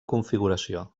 configuració